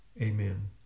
Amen